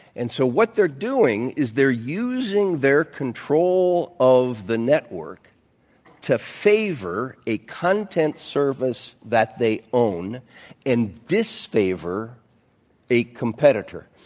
and so, what they're doing is they're using their control of the network to favor a content service that they own and disfavor a competitor.